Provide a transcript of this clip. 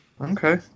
okay